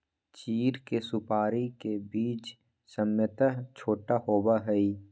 चीड़ के सुपाड़ी के बीज सामन्यतः छोटा होबा हई